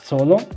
Solo